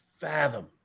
fathom